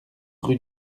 rue